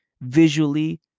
Visually